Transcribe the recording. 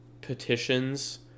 petitions